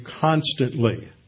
constantly